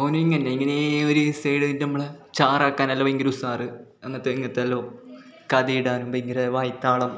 ഓന് ഇങ്ങന്നെ ഇങ്ങനേ ഒരു സൈഡായ്ട്ട് നമ്മളെ ചാറാക്കാനല്ല ഭയങ്കര ഉഷാറ് അങ്ങനത്തെ ഇങ്ങനത്തെ എല്ലാം കഥയിടാനും ഭയങ്കര വായ്ത്താളം